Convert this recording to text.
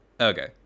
Okay